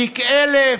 תיק 1000,